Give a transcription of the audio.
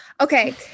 okay